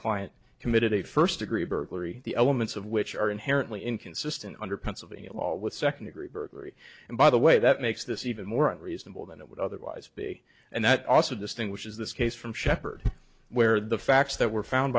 a first degree burglary the elements of which are inherently inconsistent under pennsylvania law with second degree burglary and by the way that makes this even more unreasonable than it would otherwise be and that also distinguishes this case from sheppard where the facts that were found